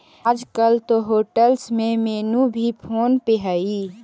आजकल तो होटेल्स में मेनू भी फोन पे हइ